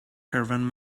caravan